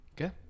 Okay